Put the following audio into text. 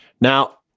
now